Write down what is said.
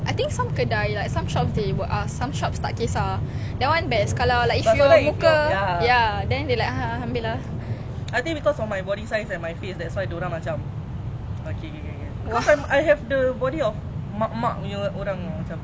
I think some kedai like some shop they will ask some shops tak kesah that [one] best kalau like if your muka then they like ya ambil lah !wah!